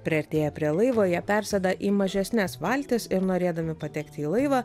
priartėję prie laivo jie persėda į mažesnes valtis ir norėdami patekti į laivą